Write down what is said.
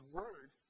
word